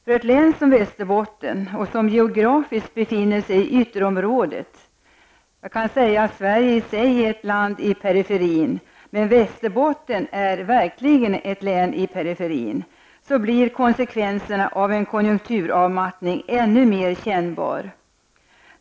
För ett län som Västerbotten, som geografiskt befinner sig i periferin -- Sverige i sig är ju ett land i periferin -- blir konsekvenserna av en konjunkturavmattning ännu mer kännbara.